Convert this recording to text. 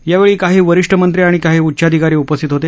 यावेळी काही वरिष्ठ मंत्री आणि काही उच्चाधिकारी उपस्थित होते